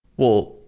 well,